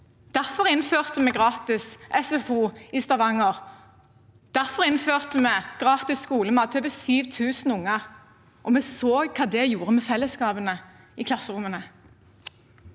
Derfor innførte vi gratis SFO i Stavanger, derfor innførte vi gratis skolemat til over 7 000 barn, og vi så hva det gjorde med fellesskapet i klasserommene.